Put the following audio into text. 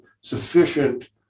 sufficient